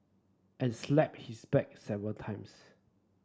and slapped his back several times